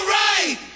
right